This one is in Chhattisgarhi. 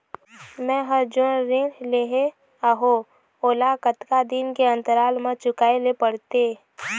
मैं हर जोन ऋण लेहे हाओ ओला कतका दिन के अंतराल मा चुकाए ले पड़ते?